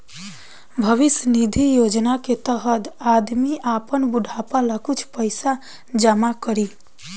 भविष्य निधि योजना के तहत आदमी आपन बुढ़ापा ला कुछ पइसा जमा करी